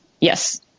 Yes